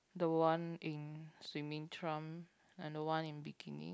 the one in swimming trunk and the one in bikini